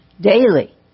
daily